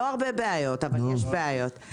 לא הרבה בעיות, אבל יש בעיות.